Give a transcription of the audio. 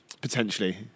Potentially